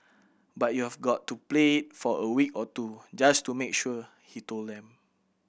but you've got to play it for a week or two just to make sure he told them